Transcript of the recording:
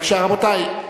רבותי,